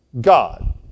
God